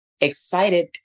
excited